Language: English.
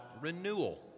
renewal